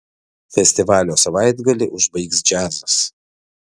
festivalio savaitgalį užbaigs džiazas